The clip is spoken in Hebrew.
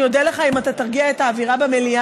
אני אודה לך אם אתה תרגיע את האווירה במליאה